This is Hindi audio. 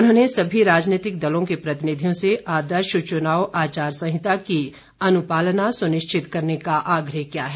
उन्होंने समी राजनीतिक दलों के प्रतिनिधियों से आदर्श चुनाव आचार संहित की अनुपालना सुनिश्चित करने का आग्रह किया है